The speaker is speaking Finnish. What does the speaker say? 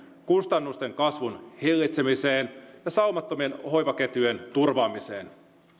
kustannusten kasvun hillitsemiseen ja saumattomien hoivaketjujen turvaamiseen